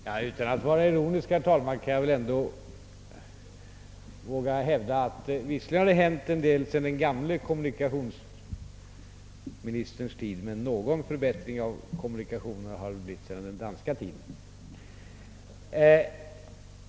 Herr talman! Utan att vara ironisk kan jag väl ändå våga hävda att det har hänt en del sedan den gamle kommunikationsministerns tid, och någon förbättring i kommunikationerna har väl hänt sedan den danska tiden.